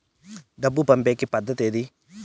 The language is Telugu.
డబ్బు పంపేకి పద్దతి ఏది